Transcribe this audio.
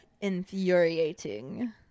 infuriating